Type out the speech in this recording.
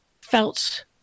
felt